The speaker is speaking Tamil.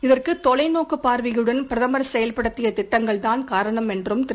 இதற்கு தொலைநோக்குப் பார்வையுடன் பிரதமர் செயல்படுத்திய திட்டங்கள் தான் காரணம் என்று திரு